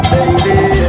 Baby